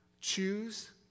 Choose